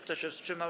Kto się wstrzymał?